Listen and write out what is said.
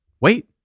wait